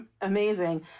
amazing